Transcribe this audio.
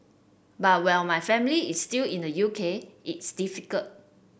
but while my family is still in the U K it's difficult